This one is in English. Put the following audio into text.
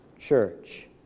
church